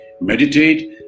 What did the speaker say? Meditate